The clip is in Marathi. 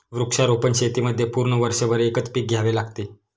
वृक्षारोपण शेतीमध्ये पूर्ण वर्षभर एकच पीक घ्यावे लागते